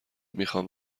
میخام